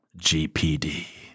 gpd